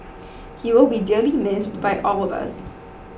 he will be dearly missed by all of us